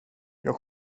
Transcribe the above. jag